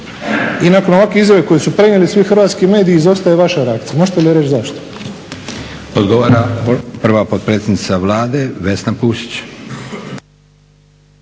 I nakon ovakve izjave koju su prenijeli svi hrvatski mediji izostaje vaša reakcija, možete li reći zašto? **Leko, Josip (SDP)** Odgovara prva potpredsjednica Vlade, Vesna Pusić.